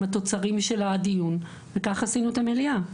התוצרים של הדיון וכך עשינו את המליאה.